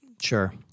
Sure